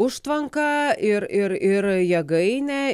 užtvanką ir ir ir jėgainę